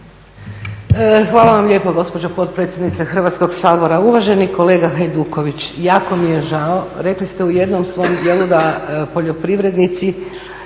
Hvala vam lijepa gospođo potpredsjednice Hrvatskog sabora. Uvaženi kolega Hajduković jako mi je žao, rekli ste u jednom svom dijelu da poljoprivrednici